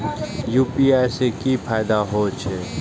UPI से की फायदा हो छे?